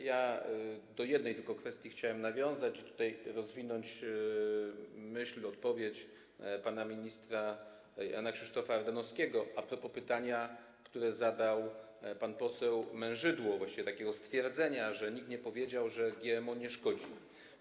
Ja do jednej tylko kwestii chciałem nawiązać i rozwinąć myśl, odpowiedź pana ministra Jana Krzysztofa Ardanowskiego a propos pytania, które zadał pan poseł Mężydło, właściwie takiego stwierdzenia, że nikt nie powiedział, że GMO nie szkodzi.